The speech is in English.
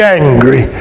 angry